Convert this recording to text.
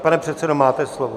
Pane předsedo, máte slovo.